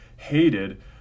hated